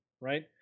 right